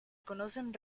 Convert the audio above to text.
conocen